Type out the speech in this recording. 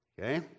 okay